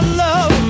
love